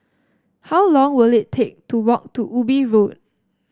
how long will it take to walk to Ubi Road